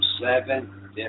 seven